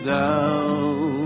down